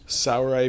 sour